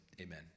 Amen